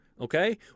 okay